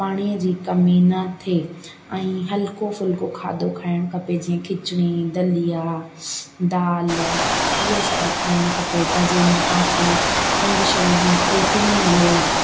पाणीअ जी कमी न थिए ऐं हलको फुलको खाधो खाइणु खपे जीअं खिचड़ी दलिया दाल इहो सभु खाइणु खपे त जंहिंमें पाण खे पंहिंजे शरीर में प्रोटीन मिले